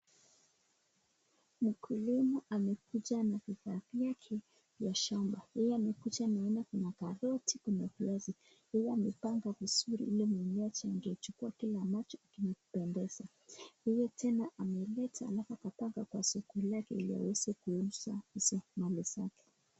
Mkulima amekuja na bidhaa yake ya shamba, yeye amekuja naona kuna karoti, kuna viazi, yeye amepanga vizuri ni mtu nachukua kile ambacho kunampendeza, yeye alafu ameleta alafu akapanga kwa soko lake ili awezenkuuza hizi mali zake.